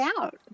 out